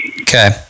Okay